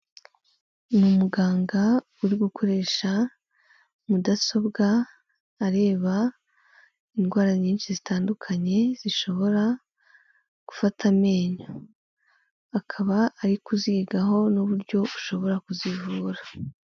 Ni umuganga uri gukoresha, mudasobwa, areba indwara nyinshi zitandukanye, zishobora, gufata amenyo, akaba ari kuzigaho n'uburyo ashobora kuzivura.